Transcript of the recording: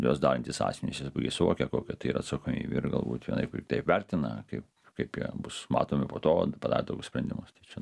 juos darantys asmenys puikiai suvokia kokia tai yra atsakomybė ir galbūt vienaip ar kitaip vertina kaip kaip jie bus matomi po to padarę tokius sprendimus tai čia